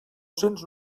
cents